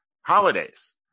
holidays